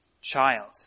child